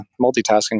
multitasking